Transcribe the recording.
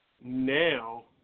now